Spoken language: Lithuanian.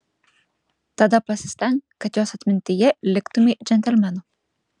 tada pasistenk kad jos atmintyje liktumei džentelmenu